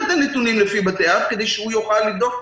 אתה נתונים לפי בתי אב כדי שהוא יוכל לבדוק,